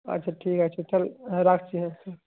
আচ্ছা ঠিক আছে তাহলে হ্যাঁ রাখছি হ্যাঁ হ্যাঁ